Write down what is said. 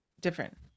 different